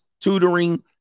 tutoring